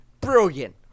brilliant